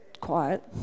quiet